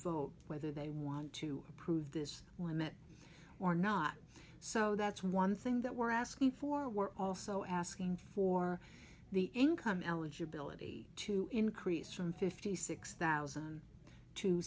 vote whether they want to approve this limit or not so that's one thing that we're asking for we're also asking for the income eligibility to increase from fifty six thousand t